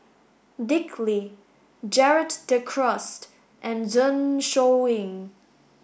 Dick Lee Gerald De Cruz and Zeng Shouyin